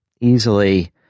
easily